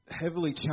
heavily